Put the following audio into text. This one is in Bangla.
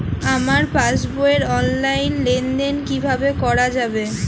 আমার পাসবই র অনলাইন লেনদেন কিভাবে করা যাবে?